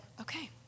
Okay